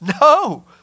No